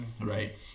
right